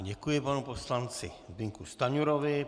Děkuji panu poslanci Zbyňku Stanjurovi.